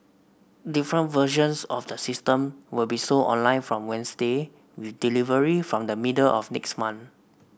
different versions of the system will be sold online from Wednesday with delivery from the middle of next month